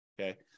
Okay